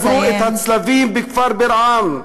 ושברו את הצלבים בכפר ברעם.